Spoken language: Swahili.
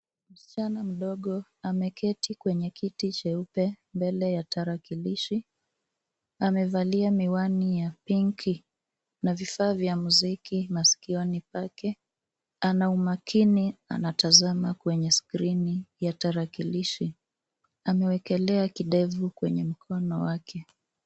Msichana mdogo ameketi kwenye kiti cheupe mbele ya tarakilishi. Amevalia miwani ya pinki na vifaa vya muziki masikioni pake. Ana umakini, anatazama kwenye skrini ya tarakilishi. Amewekelea kidevu kwenye mkono wake.